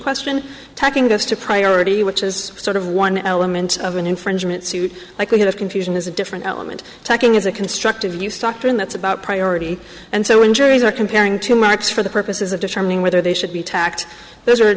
question taking us to priority which is sort of one element of an infringement suit likelihood of confusion is a different element checking is a constructive use doctrine that's about priority and so when juries are comparing two marks for the purposes of determining whether they should be tacked those are